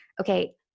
okay